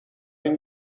این